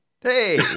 hey